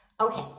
Okay